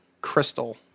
crystal